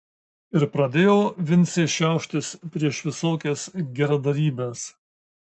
ir pradėjo vincė šiauštis prieš visokias geradarybes